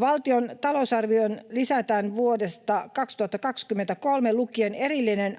valtion talousarvioon lisätään vuodesta 2023 lukien erillinen